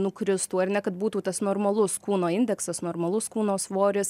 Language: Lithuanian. nukristų ar ne kad būtų tas normalus kūno indeksas normalus kūno svoris